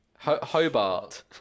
Hobart